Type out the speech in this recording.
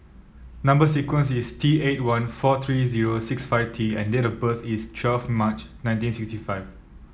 number sequence is T eighty one four three zero sixt five T and date of birth is twelve March nineteen sixty five